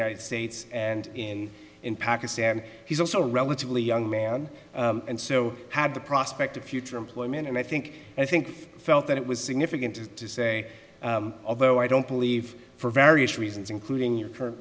united states and in in pakistan he's also a relatively young man and so had the prospect of future employment and i think and i think felt that it was significant to say although i don't believe for various reasons including your current